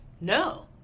No